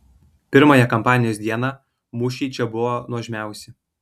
pirmąją kampanijos dieną mūšiai čia buvo nuožmiausi